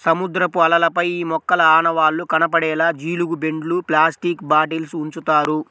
సముద్రపు అలలపై ఈ మొక్కల ఆనవాళ్లు కనపడేలా జీలుగు బెండ్లు, ప్లాస్టిక్ బాటిల్స్ ఉంచుతారు